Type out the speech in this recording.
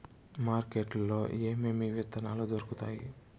market లో ఏమేమి విత్తనాలు దొరుకుతాయి